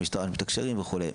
המשטרה מתקשרים וכולי.